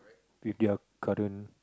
with their current